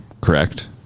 correct